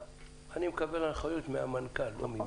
מקבל הנחיות מהמנכ"ל, לא ממך.